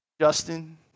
Justin